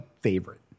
favorite